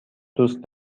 دوست